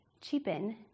cheapen